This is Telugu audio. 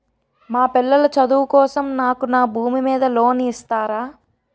మా పిల్లల చదువు కోసం నాకు నా భూమి మీద లోన్ ఇస్తారా?